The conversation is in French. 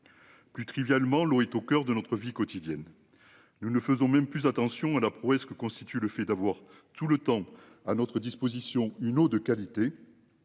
Plus trivialement, l'eau est au coeur de notre vie quotidienne. Nous ne faisons même plus attention à la prouesse que constitue le fait d'avoir tout le temps à notre disposition une eau de qualité.